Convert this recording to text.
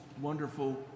wonderful